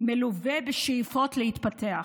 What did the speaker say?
מלווה בשאיפות להתפתח.